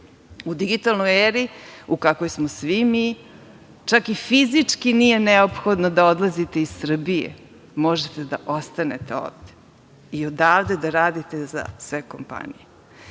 digitalnoj eri u kakvoj smo svi mi, čak i fizički nije neophodno da odlazite iz Srbije, možete da ostanete ovde i odavde da radite za sve kompanije.